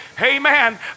Amen